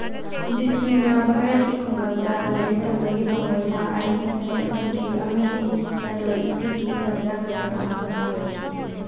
ꯖꯤꯁꯅꯨꯅ ꯚꯥꯔꯠꯀꯤ ꯈꯨꯡꯒꯪꯗ ꯂꯥꯏꯔꯤꯛ ꯇꯝꯕꯒꯤ ꯄꯥꯝꯕꯩꯅ ꯑꯥꯏ ꯇꯤ ꯁꯦꯝꯒꯠꯍꯟꯈꯤ ꯑꯃꯗꯤ ꯂꯂꯣꯟ ꯏꯇꯤꯛꯀꯤ ꯇꯟꯖꯥ ꯀꯌꯥ ꯑꯃ ꯁꯥꯒꯠꯈꯤ